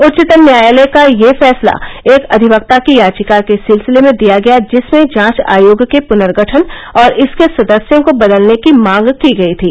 उच्चतम न्यायालय का ये फैसला एक अधिवक्ता की याचिका के सिलसिले में दिया गया जिसमें जांच आयोग के पुनर्गठन और इसके सदस्यों को बदलने की मांग की गई थी